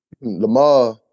Lamar